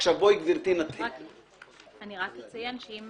אני רק אציין שאם